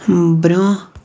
برٛۄنٛہہ